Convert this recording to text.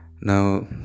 Now